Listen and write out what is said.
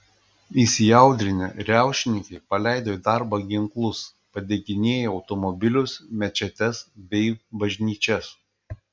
įsiaudrinę riaušininkai paleido į darbą ginklus padeginėjo automobilius mečetes bei bažnyčias